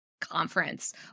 conference